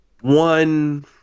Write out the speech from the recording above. One